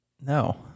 No